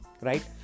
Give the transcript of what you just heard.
right